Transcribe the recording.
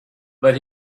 but